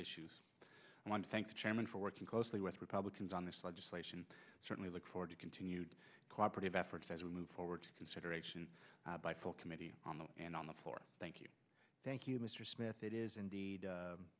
issues i want to thank the chairman for working closely with republicans on this legislation certainly look forward to continued cooperative efforts as we move forward to consideration by full committee and on the floor thank you thank you mr smith it is indeed